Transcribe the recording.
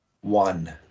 one